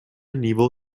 niveau